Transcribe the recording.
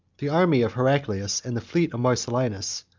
the army of heraclius, and the fleet of marcellinus,